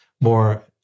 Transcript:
more